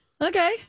Okay